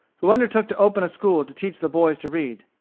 who undertook to open a school to teach the boys to read.